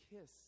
kiss